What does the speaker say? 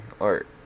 art